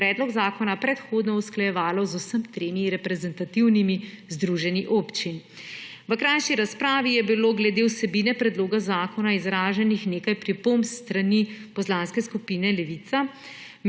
predlog zakona predhodno usklajevalo z vsemi tremi reprezentativnimi združenji občin. V krajši razpravi je bilo glede vsebine predloga zakona izraženih nekaj pripomb s strani Poslanske skupine Levica,